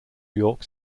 york